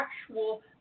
actual